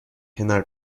کنار